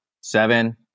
seven